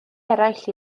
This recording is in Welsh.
eraill